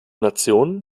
nationen